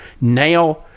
Now